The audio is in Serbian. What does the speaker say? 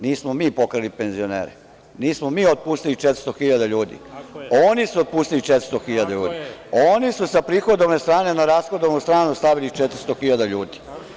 Nismo mi pokrali penzionere, nismo mi otpustili 400.000 ljudi oni su otpustili 400.000 ljudi, oni su sa prihodovne strane na rashodovanu stranu stavili 400.000 ljudi.